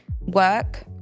work